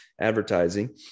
advertising